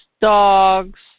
dogs